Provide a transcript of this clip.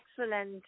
excellent